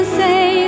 say